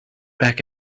back